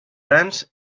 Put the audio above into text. dance